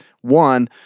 one